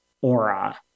aura